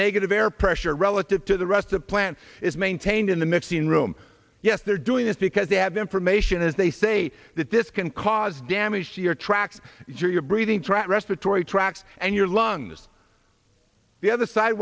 negative air pressure relative to the rest of the plant is maintained in the mixing room yes they're doing this because they have the information as they say that this can cause damage to your tracks your breathing track respiratory tract and your lungs the other side